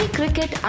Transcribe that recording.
cricket